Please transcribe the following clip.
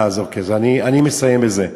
אוקיי, אני מסיים בזה.